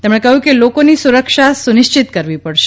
તેમણે કહ્યું કે લોકોની સુરક્ષા સુનિશ્ચિત કરવી પડશે